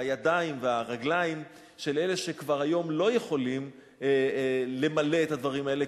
והידיים והרגליים של אלה שכבר היום לא יכולים למלא את הדברים האלה,